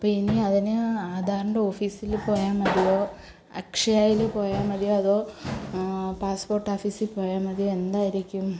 അപ്പോൾ ഇനി അതിന് ആധാറിൻ്റെ ഓഫീസില് പോയാൽ മതിയോ അക്ഷയായില് പോയാൽ മതിയോ അതോ പാസ്പോർട്ടാഫീസി പോയാ മതിയോ എന്തായിരിക്കും